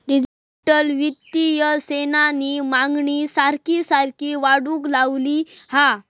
digital वित्तीय सेवांची मागणी सारखी सारखी वाढूक लागली हा